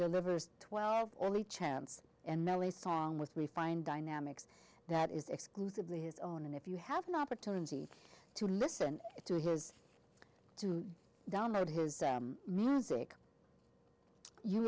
delivers twelve only chance and the only song which we find dynamics that is exclusively his own and if you have an opportunity to listen to his to download his music you